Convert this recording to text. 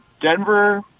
Denver